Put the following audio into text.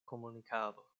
komunikado